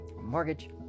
Mortgage